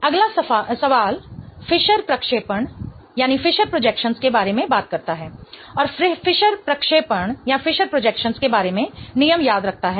अगला सवाल फिशर प्रक्षेपण के बारे में बात करता है और फिशर प्रक्षेपण के बारे में नियम याद रखता है